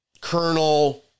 Colonel